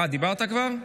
אה, דיברת כבר?